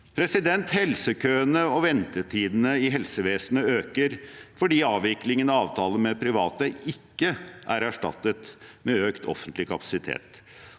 bedriftene. Helsekøene og ventetidene i helsevesenet øker fordi avviklingen av avtaler med private ikke er erstattet med økt offentlig kapasitet,